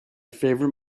favorite